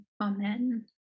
amen